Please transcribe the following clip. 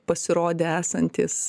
pasirodė esantys